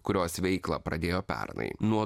kurios veiklą pradėjo pernai nuo